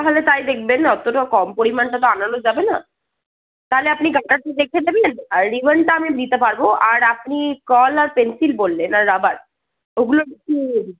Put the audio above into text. তাহলে তাই দেখবেন অতটা কম পরিমাণটা তো আনানো যাবেনা তাহলে আপনি দেখে নেবেন আর রিবনটা আমি দিতে পারবো আর আপনি কল আর পেন্সিল বললেন আর রবার ওগুলো বিক্রি